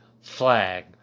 flag